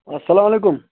اسلام وعلیکُم